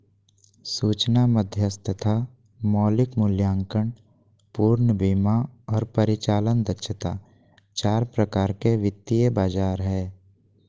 सूचना मध्यस्थता, मौलिक मूल्यांकन, पूर्ण बीमा आर परिचालन दक्षता चार प्रकार के वित्तीय बाजार हय